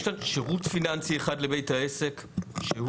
יש כאן שירות פיננסי אחד לבית העסק שהוא